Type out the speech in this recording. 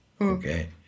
okay